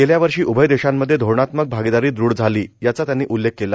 गेल्या वर्षी उभय देशांमधे धोरणात्मक भागीदारी दृढ झाली याचा त्यांनी उल्लेख केला